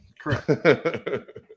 Correct